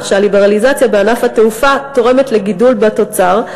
שהליברליזציה בענף התעופה תורמת לגידול בתוצר,